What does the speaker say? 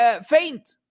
faint